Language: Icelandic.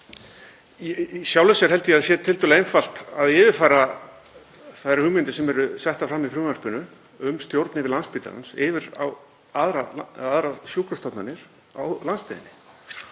sjálfu sér held ég að það sé tiltölulega einfalt að yfirfæra þær hugmyndir sem eru settar fram í frumvarpinu um stjórn yfir Landspítalanum yfir á aðrar sjúkrastofnanir á landsbyggðinni.